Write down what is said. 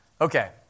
Okay